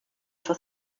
for